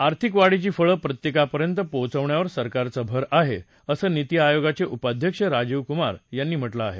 आर्थिक वाढीची फळं प्रत्येकापर्यंत पोहोचवण्यावर सरकारचा भर आहे असं नीती आयोगाचे उपाध्यक्ष राजीव कुमार यांनी म्हटल आहे